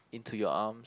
Into Your Arm